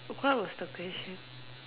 what was the question